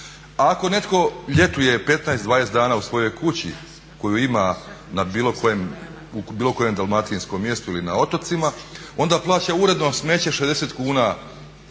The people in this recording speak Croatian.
ako netko ljetuje 15, 20 dana u svojoj kući koju ima u bilo kojem dalmatinskom mjestu ili na otocima onda plaća uredno smeće 60 kuna